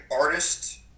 artist